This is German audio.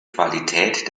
qualität